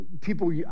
people